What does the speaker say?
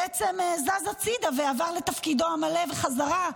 בעצם זז הצידה ועבר לתפקידו המלא בחזרה.